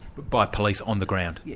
by police on the ground? yes.